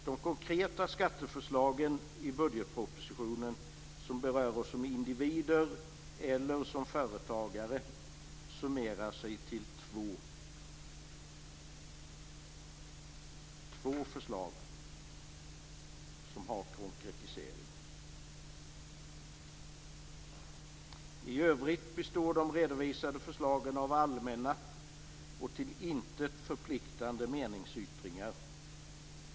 De konkreta skatteförslag i budgetpropositionen som berör oss som individer eller som företagare summerar sig till två - två förslag som har konkretisering! I övrigt består de redovisade förslagen av allmänna och till intet förpliktande meningsyttringar.